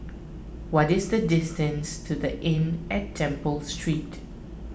what is the distance to the Inn at Temple Street